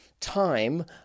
time